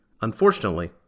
Unfortunately